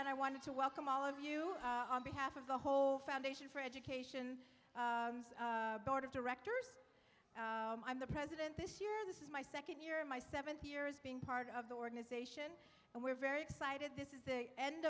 and i wanted to welcome all of you on behalf of the whole foundation for education board of directors i'm the president this year this is my second year my seventh year is being part of the organization and we're very excited this is the end